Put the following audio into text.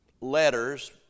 letters